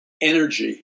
energy